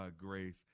Grace